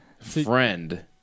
friend